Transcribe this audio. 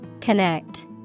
Connect